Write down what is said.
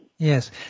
Yes